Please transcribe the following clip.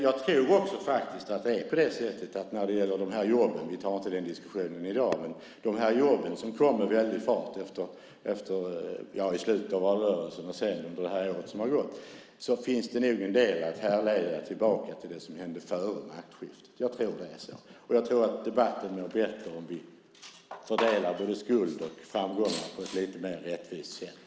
Jag tror faktiskt också att det är på det sättet när det gäller de här jobben - vi tar inte den diskussionen i dag - som kom med väldig fart i slutet av valrörelsen och under det år som har gått, att det nog finns en del att härleda till det som hände före maktskiftet. Jag tror att det är så. Och jag tror att debatten mår bättre om vi fördelar både skuld och framgångar på ett lite mer rättvist sätt.